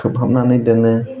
खोबहाबनानै दोनो